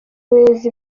abayobozi